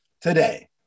today